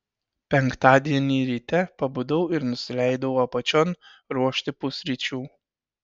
penktadienį ryte pabudau ir nusileidau apačion ruošti pusryčių